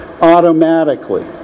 automatically